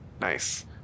Nice